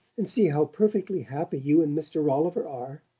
and see how perfectly happy you and mr. rolliver are!